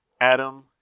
Adam